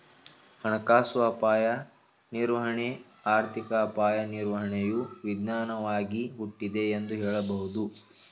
ಹಣಕಾಸು ಅಪಾಯ ನಿರ್ವಹಣೆ ಆರ್ಥಿಕ ಅಪಾಯ ನಿರ್ವಹಣೆಯು ವಿಜ್ಞಾನವಾಗಿ ಹುಟ್ಟಿದೆ ಎಂದು ಹೇಳಬಹುದು